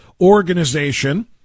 organization